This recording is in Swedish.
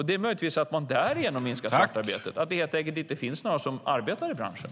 Det är möjligt att man därigenom minskar svartarbetet, att det helt enkelt inte finns några som arbetar i branschen.